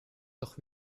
doch